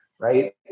Right